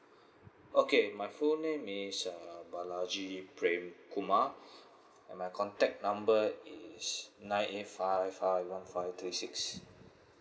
okay my full name is err bala g prem kumar and my contact number is nine eight five five one five three six